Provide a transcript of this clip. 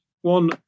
one